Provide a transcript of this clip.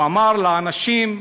שאמר לאנשים: